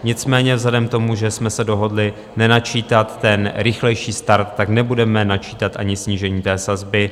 Nicméně vzhledem k tomu, že jsme se dohodli nenačítat rychlejší start, nebudeme načítat ani snížení té sazby.